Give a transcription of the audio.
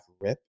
rip